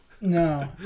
no